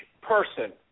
person